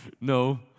no